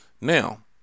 Now